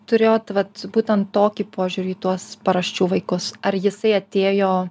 turėjot vat būtent tokį požiūrį į tuos paraščių vaikus ar jisai atėjo